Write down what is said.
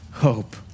hope